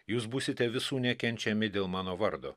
jūs būsite visų nekenčiami dėl mano vardo